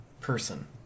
person